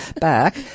back